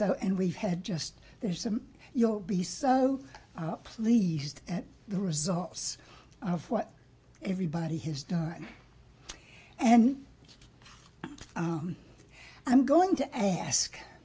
so and we've had just there's some you'll be so pleased at the results of what everybody has done and i'm going to ask